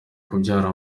kubyara